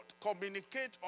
communicate